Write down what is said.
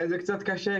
זה קצת קשה,